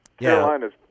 Carolina's